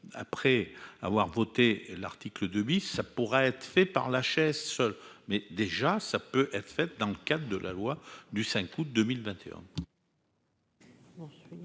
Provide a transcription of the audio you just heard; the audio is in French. après avoir voté l'article 2 bis, ça pourrait être fait par la chaise seul mais déjà, ça peut être fait dans le cadre de la loi du 5 août 2021.